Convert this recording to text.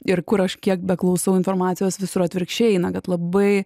ir kur aš kiek beklausau informacijos visur atvirkščiai eina bet labai